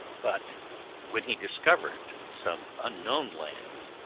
but when he discovered some unknown lands,